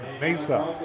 Mesa